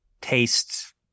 tastes